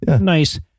Nice